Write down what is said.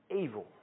Evil